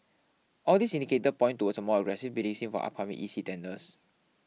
all these indicators point towards a more aggressive bidding scene for upcoming E C tenders